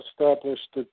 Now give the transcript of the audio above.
established